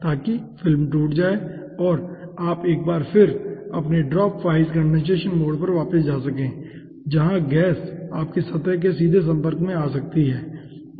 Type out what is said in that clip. ताकि फिल्म टूट जाए और आप एक बार फिर अपने ड्रॉप वाइज कंडेनसेशन मोड पर वापस जा सकें जहां गैस आपकी सतह के सीधे संपर्क में आ सकती है ठीक है